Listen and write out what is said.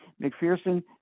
McPherson